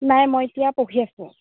নাই মই এতিয়া পঢ়ি আছোঁ